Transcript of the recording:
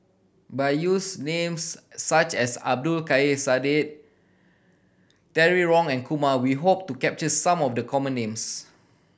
by use names such as Abdul Kadir Syed Terry Wong and Kumar we hope to capture some of the common names